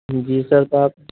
جی sir آپ